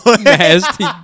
nasty